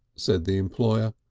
said the employer.